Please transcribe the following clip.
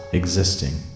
existing